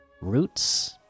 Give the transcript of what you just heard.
roots